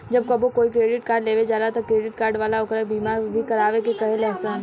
जब कबो कोई क्रेडिट कार्ड लेवे जाला त क्रेडिट कार्ड वाला ओकरा के बीमा भी करावे के कहे लसन